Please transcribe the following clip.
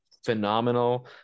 phenomenal